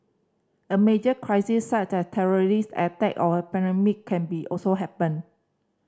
a major crisis such as terrorist attack or a pandemic can be also happen